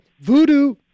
Voodoo